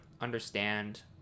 understand